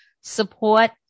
support